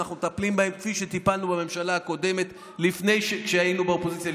ואנחנו מטפלים בהן כפי שטיפלנו בממשלה הקודמת לפני שהיינו באופוזיציה,